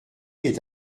est